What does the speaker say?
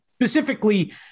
specifically